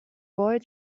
boy